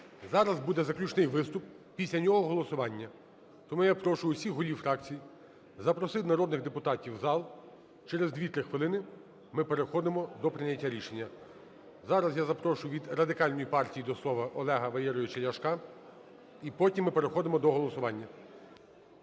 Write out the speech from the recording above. зараз буде заключний виступ, після нього - голосування. Тому я прошу всіх голів фракцій запросити народних депутатів в зал, через 2-3 хвилини ми переходимо до прийняття рішення. Зараз я запрошую від Радикальної партії до слова Олега Валерійовича Ляшка. І потім ми переходимо до голосування.